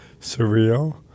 surreal